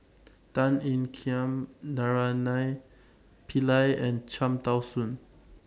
Tan Ean Kiam Naraina Pillai and Cham Tao Soon